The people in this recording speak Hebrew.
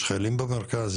יש חיילים במרכז,